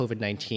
COVID-19